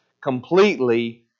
completely